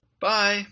Bye